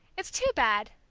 it's too bad,